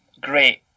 great